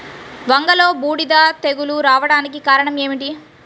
వంగలో బూడిద తెగులు రావడానికి కారణం ఏమిటి?